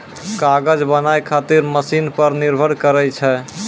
कागज बनाय खातीर मशिन पर निर्भर करै छै